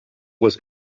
was